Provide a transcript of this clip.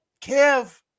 Kev